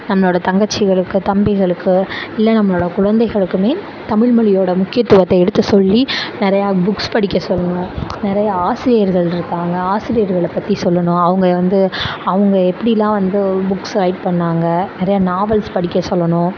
நம்மளோட தங்கச்சிகளுக்கு தம்பிகளுக்கு இல்லை நம்மளோட குழந்தைகளுக்குமே தமிழ் மொழியோட முக்கியத்துவத்தை எடுத்து சொல்லி நிறைய புக்ஸ் படிக்க சொல்லணும் நிறைய ஆசிரியர்கள் இருக்காங்க ஆசிரியர்களை பற்றி சொல்லணும் அவங்க வந்து அவங்க எப்படிலாம் வந்து புக்ஸ் ரைட் பண்ணாங்க நிறைய நாவல்ஸ் படிக்க சொல்லணும்